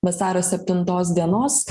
vasario septintos dienos